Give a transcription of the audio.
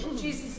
Jesus